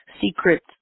secret